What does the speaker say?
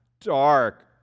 dark